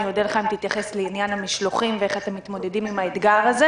אודה לך אם תתייחס לעניין המשלוחים ואיך אתם מתמודדים עם האתגר הזה,